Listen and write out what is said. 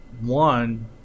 one